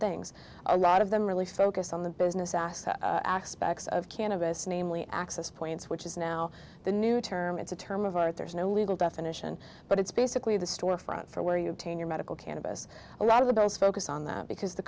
things a lot of them really focus on the business aspect aspects of cannabis namely access points which is now the new term it's a term of art there's no legal definition but it's basically the storefront for where you obtain your medical cannabis a lot of those focus on that because the